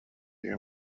you